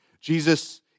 Jesus